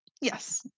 yes